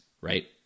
Right